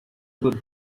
good